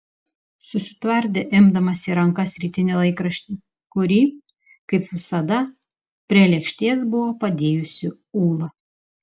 susitvardė imdamas į rankas rytinį laikraštį kurį kaip visada prie lėkštės buvo padėjusi ūla